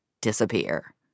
disappear